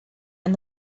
and